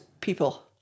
people